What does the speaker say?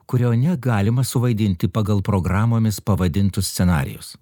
kurio negalima suvaidinti pagal programomis pavadintus scenarijus